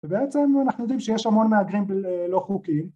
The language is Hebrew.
ובעצם אנחנו יודעים שיש המון מהגרים לא חוקיים.